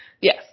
Yes